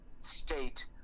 state